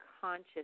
conscious